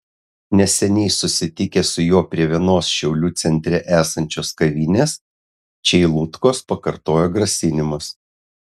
neseniai susitikę su juo prie vienos šiaulių centre esančios kavinės čeilutkos pakartojo grasinimus